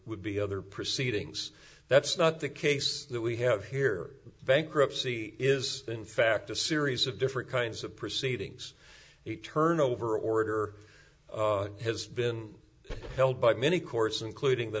would be other proceedings that's not the case that we have here bankruptcy is in fact a series of different kinds of proceedings turn over order has been held by many courts including the